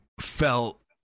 felt